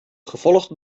gevolgd